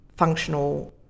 functional